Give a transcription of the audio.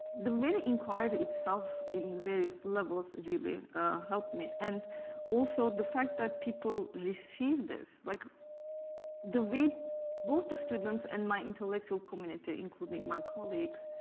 the very inquiry itself in various levels really helped me and also the fact that people received this, like the way both the students and my intellectual community, including my colleagues,